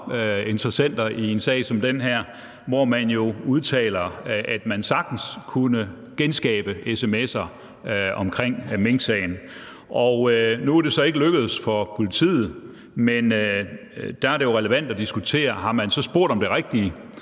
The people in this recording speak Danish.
interessenter i en sag som den her, hvor man jo udtaler, at man sagtens kunne genskabe sms'er omkring minksagen. Nu er det så ikke lykkedes for politiet, men der er det jo relevant at diskutere, om man så har spurgt om det rigtige,